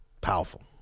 powerful